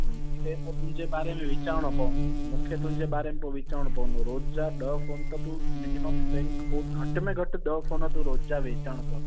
मूंखे त पोइ तुंहिंजे बारे में वीचारणो पवंदो मूंखे तुंहिजे बारे में पोइ वीचारणो पवंदो रोज जा ॾह फ़ोन त तू मिनिमम सेल घटि में घटि ॾह फ़ोन तू रोज जा विकिरणो कर